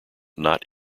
not